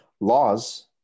laws